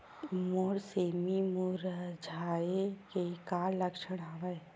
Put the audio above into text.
मोर सेमी मुरझाये के का लक्षण हवय?